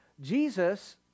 Jesus